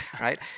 right